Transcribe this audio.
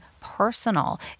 personal